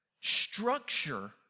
structure